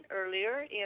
earlier